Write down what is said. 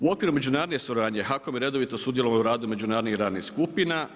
U okviru međunarodne suradnje HAKOM je redovito sudjelovao i u radu međunarodnih radnih skupina.